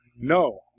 No